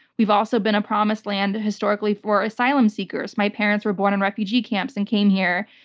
we've also been a promised land, historically, for asylum seekers. my parents were born in refugee camps and came here,